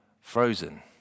frozen